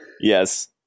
Yes